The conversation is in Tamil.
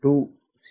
02c ஆகும்